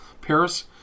Paris